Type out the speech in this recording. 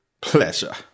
Pleasure